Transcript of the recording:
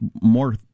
more